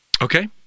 Okay